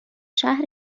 شهر